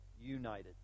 united